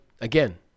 again